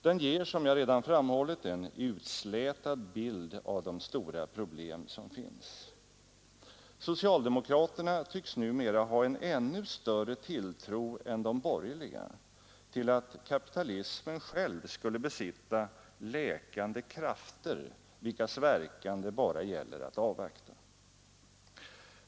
Den ger som jag redan framhållit en utslätad bild av de stora problem som finns. Socialdemokraterna tycks numera ha en ännu större tilltro än de borgerliga till att kapitalismen själv skulle besitta läkande krafter vilkas verkan det endast gäller att avvakta.